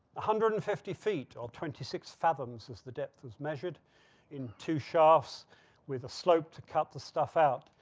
hundred and fifty feet or twenty six fathoms is the depth that's measured in two shafts with a slope to cut the stuff out.